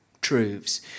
truths